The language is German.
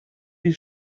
wie